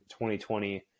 2020